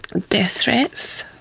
death threats